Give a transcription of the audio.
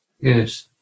Yes